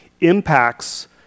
impacts